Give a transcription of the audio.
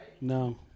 No